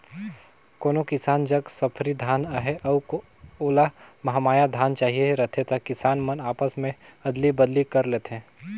कोनो किसान जग सफरी धान अहे अउ ओला महमाया धान चहिए रहथे त किसान मन आपसे में अदली बदली कर लेथे